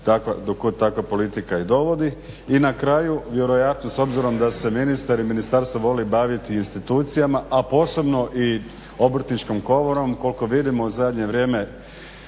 do kud takva politika i dovodi. I na kraju vjerojatno s obzirom da se ministar i ministarstvo voli baviti institucijama, a posebno i Obrtničkom komorom. Koliko vidimo u zadnje vrijeme